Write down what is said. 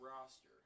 roster